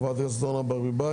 חברת הכנסת אורנה ברביבאי,